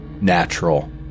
Natural